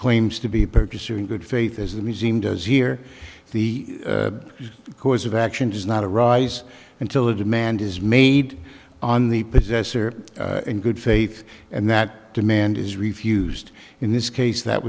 claims to be purchaser in good faith as the museum does here the course of action does not arise until a demand is made on the possessor in good faith and that demand is refused in this case that